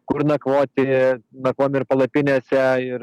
kur nakvoti nakvot ar palapinėse ir